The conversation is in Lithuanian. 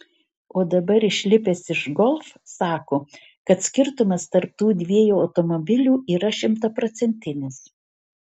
o dabar išlipęs iš golf sako kad skirtumas tarp tų dviejų automobilių yra šimtaprocentinis